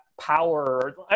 power